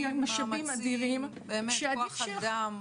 כוח אדם,